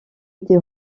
été